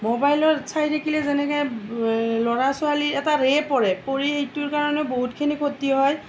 ম'বাইলত চাই থাকিলে যেনেকে ল'ৰা ছোৱালীৰ এটা ৰে পৰে পৰি এইটোৰ কাৰণে বহুতখিনি ক্ষতি হয়